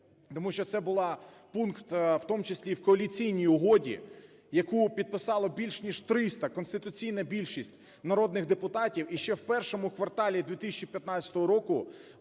тому що це була… пункт, в тому числі, і в Коаліційній угоді, яку підписало більш ніж 300 – конституційна більшість народних депутатів, ще в І кварталі 2015 року